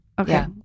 Okay